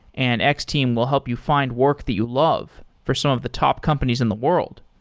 and x-team will help you find work that you love for some of the top companies in the world.